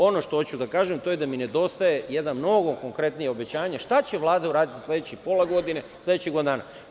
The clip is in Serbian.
Ono što hoću da kažem je da mi nedostaje jedno novo, konkretnije obećanje – šta će Vlada uraditi u sledećih pola godine, u sledećih godinu dana?